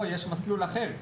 פה יש מסלול אחר.